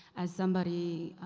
as somebody,